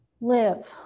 live